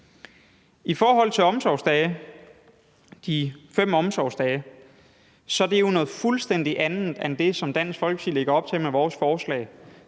I forhold til omsorgsdage, de 5 omsorgsdage, er det jo noget fuldstændig andet end det, som vi i Dansk Folkeparti lægger op til med vores forslag.